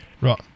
Right